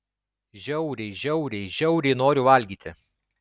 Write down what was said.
žiauriai žiauriai žiauriai noriu valgyti